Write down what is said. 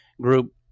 group